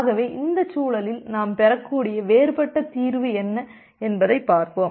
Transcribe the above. ஆகவே இந்தச் சூழலில் நாம் பெறக்கூடிய வேறுபட்ட தீர்வு என்ன என்பதைப் பார்ப்போம்